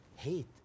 Hate